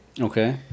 Okay